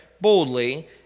boldly